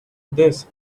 this